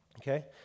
Okay